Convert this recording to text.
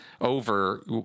over